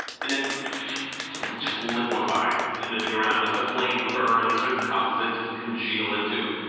and then just liquefies into the ground as the flame burns and causes it to congeal into,